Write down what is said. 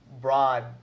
broad